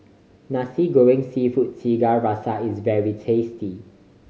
Nasi Goreng Seafood Tiga Rasa is very tasty